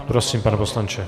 Prosím, pane poslanče.